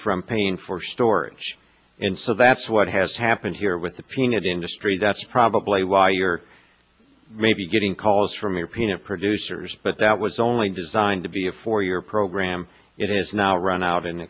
from paying for storage and so that's what has happened here with the peanut industry that's probably why you're maybe getting calls from your peanut producers but that was only designed to be a four year program it is now run out